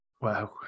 Wow